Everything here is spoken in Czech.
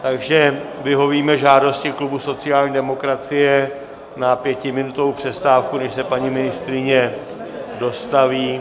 Takže vyhovíme žádosti klubu sociální demokracie na pětiminutovou přestávku, než se paní ministryně dostaví.